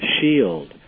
shield